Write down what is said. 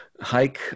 hike